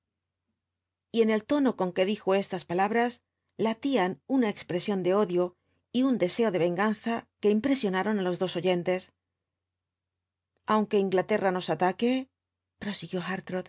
y en el tono con que dijo estas palabras latían una expresión de odio y un deseo de venganza que impresionaron á los dos oyentes aunque inglaterra nos ataque prosiguió